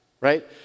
right